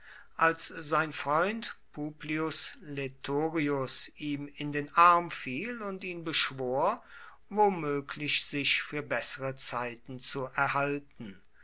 als sein freund publius laetorius ihm in den arm fiel und ihn beschwor womöglich sich für bessere zeiten zu erhalten